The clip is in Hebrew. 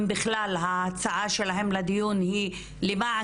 אם בכלל ההצעה שלהם לדיון היא למען